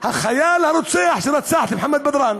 החייל הרוצח שרצח את מוחמד בדראן,